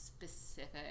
specific